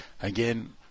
Again